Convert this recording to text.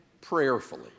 prayerfully